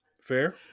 Fair